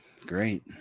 Great